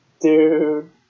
Dude